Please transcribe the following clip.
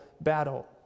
battle